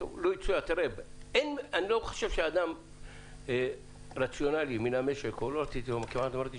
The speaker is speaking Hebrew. אני לא חושב שאדם רציונלי כמעט אמרתי